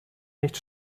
nicht